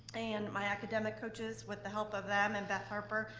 and my academic coaches, with the help of them and beth harper,